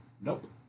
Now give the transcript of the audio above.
Nope